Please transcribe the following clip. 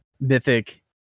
Mythic